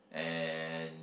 and